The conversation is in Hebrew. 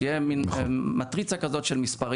שתהיה מן מטריצה של מספרים,